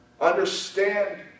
Understand